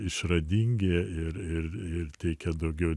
išradingi ir ir ir teikia daugiau